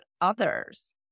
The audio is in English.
others